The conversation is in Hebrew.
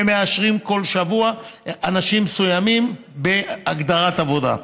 ומאשרים כל שבוע אנשים מסוימים בהגדרת עבודה,